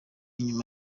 inyuma